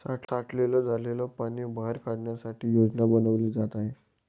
साठलेलं झालेल पाणी बाहेर काढण्यासाठी योजना बनवली जात आहे